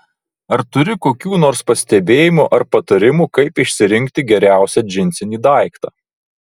ar turi kokių nors pastebėjimų ar patarimų kaip išsirinkti geriausią džinsinį daiktą